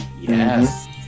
Yes